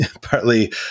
partly